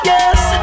Yes